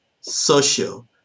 social